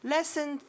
Lesson